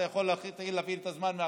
אתה יכול להפעיל את השעון מעכשיו,